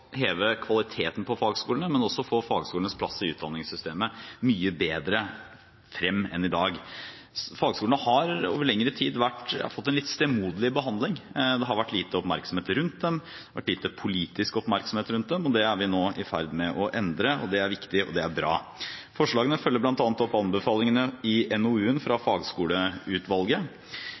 heve kvaliteten på fagskolene, men også om å få fagskolenes plass i utdanningssystemet mye bedre frem enn i dag. Fagskolene har over lengre tid fått en litt stemoderlig behandling. Det har vært lite oppmerksomhet rundt dem, det har vært lite politisk oppmerksomhet rundt dem, og det er vi nå i ferd med å endre. Det er viktig, og det er bra. Forslagene følger bl.a. opp anbefalingene i NOU-en fra Fagskoleutvalget.